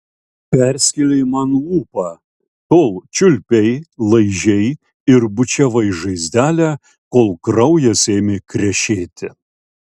perskėlei man lūpą tol čiulpei laižei ir bučiavai žaizdelę kol kraujas ėmė krešėti